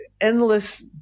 endless